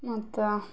ಮತ್ತು